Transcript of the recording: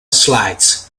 slides